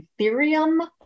Ethereum